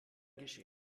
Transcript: geschehen